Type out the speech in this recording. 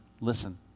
listen